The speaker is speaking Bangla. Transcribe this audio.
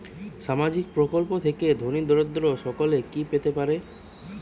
সামাজিক প্রকল্প থেকে ধনী দরিদ্র সকলে কি পেতে পারে?